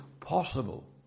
possible